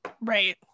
Right